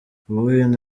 buhinde